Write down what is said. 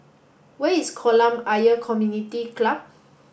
where is Kolam Ayer Community Club